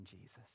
Jesus